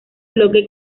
bloque